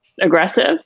aggressive